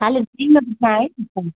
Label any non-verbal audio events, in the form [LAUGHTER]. ख़ाली [UNINTELLIGIBLE]